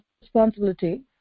responsibility